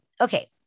Okay